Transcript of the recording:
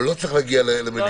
זה לא צריך להגיע למליאה.